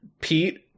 Pete